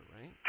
right